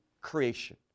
creation